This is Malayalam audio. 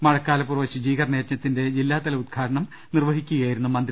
മഴക്കാല പൂർവ് ശുചീകരണ യജ്ഞത്തിന്റെ ജില്ലാതല ഉദ് ഘാടനം നിർവഹിക്കുകയായിരുന്നു അവർ